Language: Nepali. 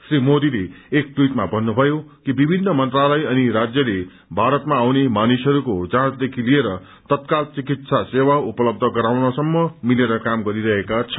श्री मोदीले एक ट्वीटमा भन्नुभयो कि विभित्र मन्त्रालय अनि राज्यले भारतमा आउने मानिसहरूको जाँचदेखि लिएर तत्काल चिकित्सा सेवा उपलब्ध गराउनसम्म मिलेर काम गरिरहेका छन्